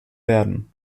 werden